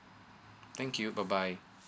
thank you bye bye